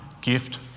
gift